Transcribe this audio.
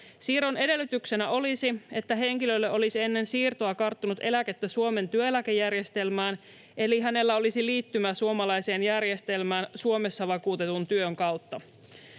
Siirron edellytyksenä olisi, että henkilölle olisi ennen siirtoa karttunut eläkettä Suomen työeläkejärjestelmään, eli hänellä olisi liittymä suomalaiseen järjestelmään Suomessa vakuutetun työn kautta.